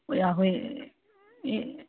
ਉਹ ਆਹੋ ਇਹ